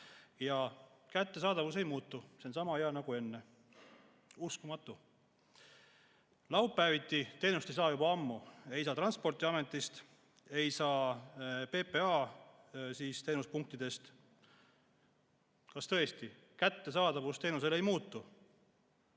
aga kättesaadavus ei muutu, see on sama hea nagu enne. Uskumatu! Laupäeviti teenust ei saa juba ammu, ei saa Transpordiametist, ei saa PPA teenuspunktidest. Kas tõesti teenuse kättesaadavus ei ole muutunud?